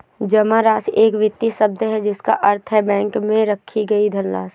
जमा राशि एक वित्तीय शब्द है जिसका अर्थ है बैंक में रखी गई धनराशि